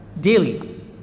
daily